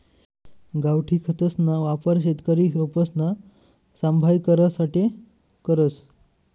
गावठी खतसना वापर शेतकरी रोपसना सांभाय करासाठे करस